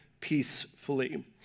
peacefully